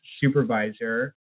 supervisor